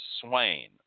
Swain